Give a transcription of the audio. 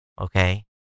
okay